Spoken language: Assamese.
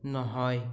নহয়